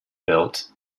built